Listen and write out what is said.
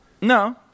No